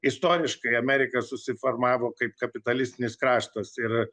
istoriškai amerika susiformavo kaip kapitalistinis kraštas ir